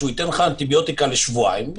שייתן לך אנטיביוטיקה לשבועיים,